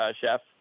chef